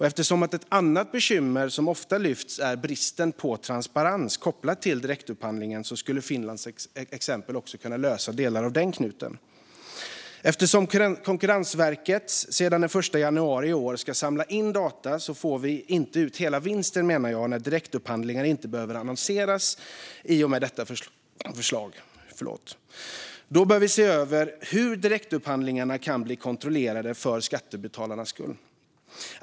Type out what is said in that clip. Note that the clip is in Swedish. Ett bekymmer som ofta lyfts fram är ju bristen på transparens kopplat till direktupphandlingen. Finlands exempel skulle även kunna lösa delar av den knuten. Eftersom Konkurrensverket sedan den 1 januari i år ska samla in data får vi inte ut hela vinsten, menar jag, när direktupphandlingar inte behöver annonseras i och med detta förslag. Då bör vi se över hur direktupphandlingarna kan bli kontrollerade för skattebetalarnas skull.